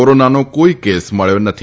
કોરોનાનો કોઇ કેસ મળ્યો નથી